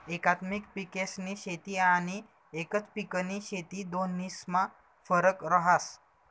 एकात्मिक पिकेस्नी शेती आनी एकच पिकनी शेती दोन्हीस्मा फरक रहास